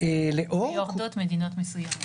ויורדות מדינות מסומות.